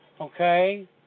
okay